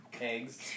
Eggs